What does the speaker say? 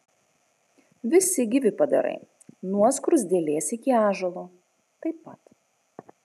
visi gyvi padarai nuo skruzdėlės iki ąžuolo taip pat